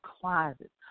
closet